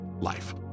life